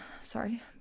sorry